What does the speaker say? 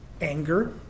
Anger